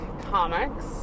Comics